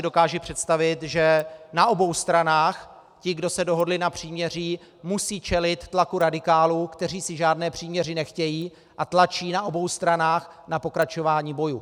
Dokážu si představit, že na obou stranách ti, kdo se dohodli na příměří, musí čelit tlaku radikálů, kteří žádné příměří nechtějí a tlačí na obou stranách na pokračování bojů.